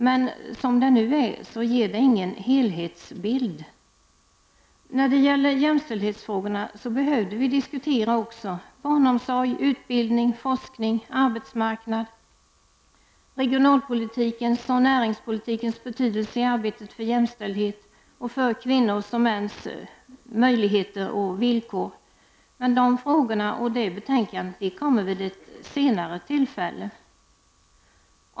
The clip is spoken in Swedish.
Men som det nu är ger det ingen helhetsbild. När det gäller jämställdhetsfrågorna behövde vi också diskutera barnomsorg, utbildning, forskning, arbetsmarknad, regionalpolitikens och näringspolitikens betydelse i arbetet för jämställdheten och för kvinnors och mäns möjligheter och villkor, men dessa frågor behandlas i ett betänkande som vi skall diskutera vid ett senare tillfälle.